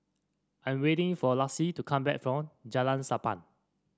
I am waiting for Lacie to come back from Jalan Sappan